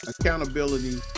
accountability